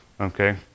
okay